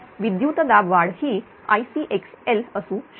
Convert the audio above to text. विद्युतदाब वाढ ही Icxlअसू शकते